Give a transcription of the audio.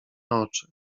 oczy